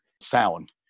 sound